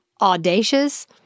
audacious